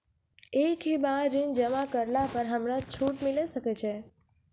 एक ही बार ऋण जमा करला पर हमरा छूट मिले सकय छै?